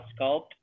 Sculpt